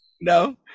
No